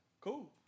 cool